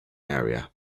area